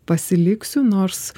pasiliksiu nors